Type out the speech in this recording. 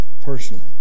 personally